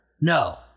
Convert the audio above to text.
No